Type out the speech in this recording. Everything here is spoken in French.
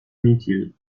inutiles